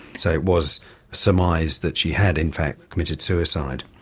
so it was surmised that she had in fact committed suicide.